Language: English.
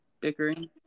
bickering